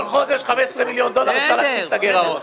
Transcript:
כל חודש, 15 מיליון דולר, אפשר לסגור את הגירעון.